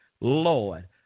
Lord